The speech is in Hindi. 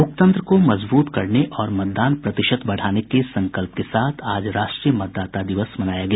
लोकतंत्र को मजबूत करने और मतदान प्रतिशत बढ़ाने के संकल्प के साथ आज राष्ट्रीय मतदाता दिवस मनाया गया